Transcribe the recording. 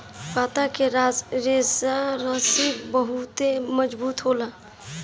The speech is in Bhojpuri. पत्ता के रेशा कअ रस्सी बहुते मजबूत होला